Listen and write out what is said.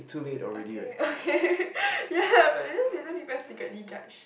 okay okay ya but then later people secretly judge